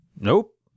Nope